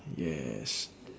yes